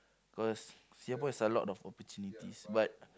cause Singapore is a lot of opportunities but